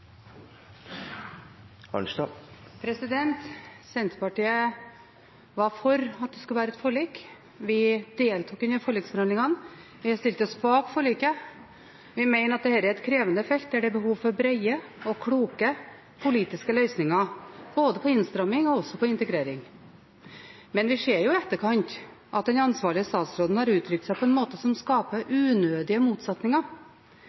Senterpartiet var for at det skulle være et forlik. Vi deltok under forliksforhandlingene, og vi stilte oss bak forliket. Vi mener at dette er et krevende felt, der det er behov for brede og kloke politiske løsninger – på både innstramming og integrering. Men vi ser i etterkant at den ansvarlige statsråden har uttrykt seg på en måte som skaper unødige motsetninger,